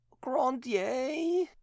grandier